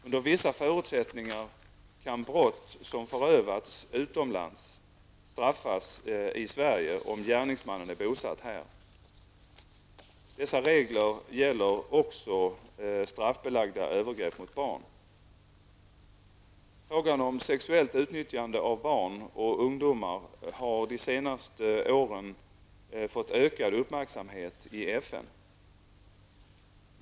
Under vissa förutsättningar kan brott som förövats utomlands bestraffas i Sverige, om gärningsmannen är bosatt här. Dessa regler gäller också straffbelagda övergrepp mot barn. Frågan om sexuellt utnyttjande av barn och ungdomar har de senaste åren fått ökad uppmärksamhet i FN.